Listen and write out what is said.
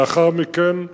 לאחר מכן,